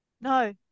No